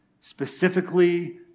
specifically